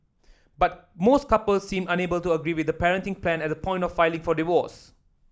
but most couples seemed unable to agree with the parenting plan at the point of filing for divorce